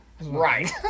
Right